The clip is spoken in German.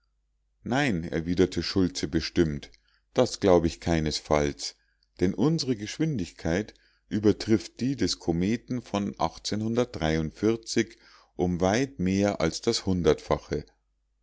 nein erwiderte schultze bestimmt das glaube ich keinesfalls denn unsre geschwindigkeit übertrifft die des kometen von um weit mehr als das hundertfache